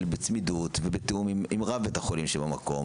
בתיאום ובצמידות עם רב בית החולים שבמקום,